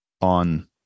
on